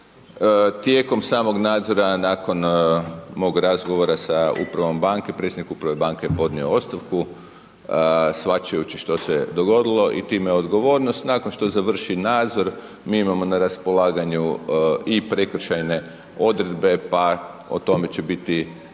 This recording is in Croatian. tijekom samog nadzora nakon mog razgovora sa upravom Banke, predsjednik uprave banke je podnio ostavku, shvaćajući što se dogodilo i time odgovornost. Nakon što završi nadzor, mi imamo na raspolaganju i prekršajne odredbe, pa o tome će biti